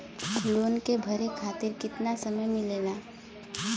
Loan के भरे खातिर कितना समय मिलेला?